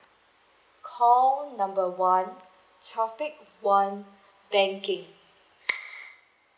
call number one topic one banking